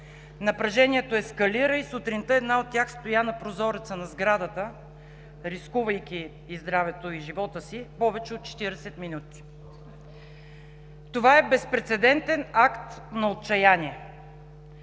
напрежението ескалира и сутринта една от тях стоя на прозореца на сградата, рискувайки и здравето, и живота си повече от 40 минути. Това е безпрецедентен акт на отчаяние.